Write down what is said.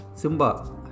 Simba